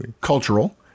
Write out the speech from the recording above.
cultural